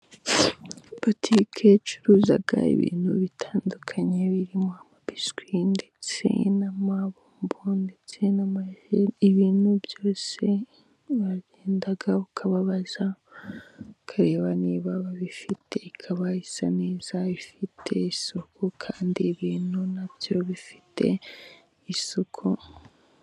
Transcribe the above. Butike icuza ibintu bitandukanye birimo amabiswi ndetse n'amabombo, ndetse ibintu byose uragenda ukababaza ukareba niba babifite. Ikaba isa neza ifite isuku kandi ibintu na byo bifite isuku.